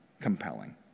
compelling